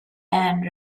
and